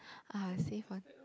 ah save one